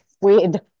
weird